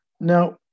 Now